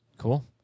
Cool